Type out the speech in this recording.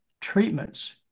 treatments